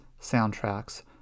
soundtracks